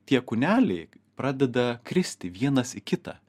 tie kūneliai pradeda kristi vienas į kitą